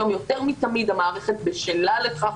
היום יותר מתמיד המערכת בשלה לכך.